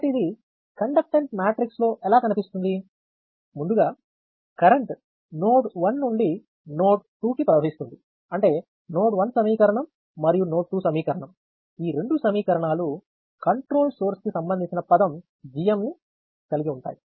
కాబట్టి ఇది conductance matrix లో ఎలా కనిపిస్తుంది ముందుగా కరెంట్ నోడ్ 1 నుండి నోడ్ 2 కి ప్రవహిస్తుంది అంటే నోడ్ 1 సమీకరణం మరియు నోడ్ 2 సమీకరణం ఈ రెండు సమీకరణాలు కంట్రోల్ సోర్స్ కి సంబంధించిన పదం GMని కలిగి ఉంటాయి